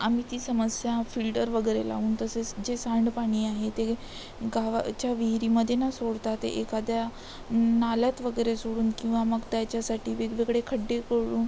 आम्ही ती समस्या फील्टर वगैरे लावून तसेच जे सांडपाणी आहे ते गावाच्या विहिरीमध्ये न सोडता ते एखाद्या न् नाल्यात वगैरे सोडून किंवा मग त्याच्यासाठी वेगवेगळे खड्डे करून